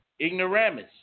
Ignoramus